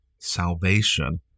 salvation